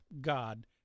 God